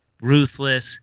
ruthless